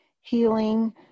Healing